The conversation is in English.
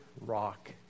rock